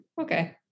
Okay